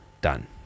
done